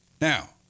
Now